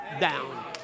down